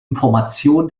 information